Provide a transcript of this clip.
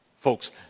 Folks